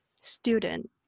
student